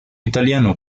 italiano